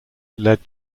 led